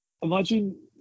Imagine